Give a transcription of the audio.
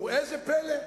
וראה זה פלא,